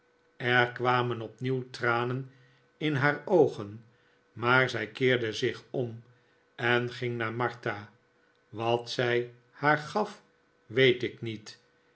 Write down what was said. er kwamen opnieuw tranen in haar oogen maar zij keerde zich om en ging naar martha wat zij haar gaf weet ik niet